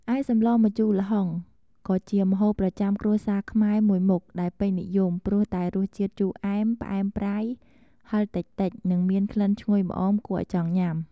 ឯសម្លម្ជូរល្ហុង ក៏ជាម្ហូបប្រចាំគ្រួសារខ្មែរមួយមុខដែលពេញនិយម ព្រោះតែរសជាតិជូរអែម ផ្អែមប្រៃ ហិរតិចៗ និងមានក្លិនឈ្ងុយម្អមគួរឲ្យចង់ញ៉ាំ។